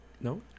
no